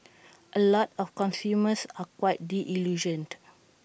A lot of consumers are quite disillusioned